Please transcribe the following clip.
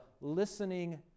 listening